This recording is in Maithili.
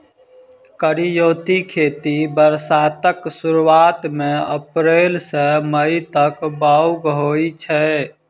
करियौती खेती बरसातक सुरुआत मे अप्रैल सँ मई तक बाउग होइ छै